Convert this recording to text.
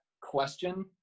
question